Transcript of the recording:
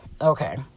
okay